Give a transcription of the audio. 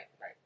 Right